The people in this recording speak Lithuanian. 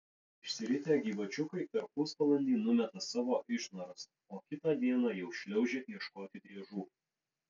išsiritę gyvačiukai per pusvalandį numeta savo išnaras o kitą dieną jau šliaužia ieškoti driežų